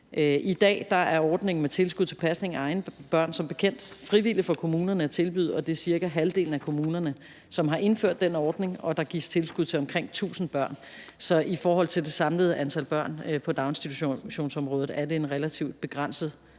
I dag er ordningen med tilskud til pasning af egne børn som bekendt frivilligt for kommunerne at tilbyde. Det er cirka halvdelen af kommunerne, der har indført den ordning, og der gives tilskud til omkring 1.000 børn, så i forhold til det samlede antal børn på daginstitutionsområdet er det en relativt begrænset